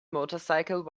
motorcycle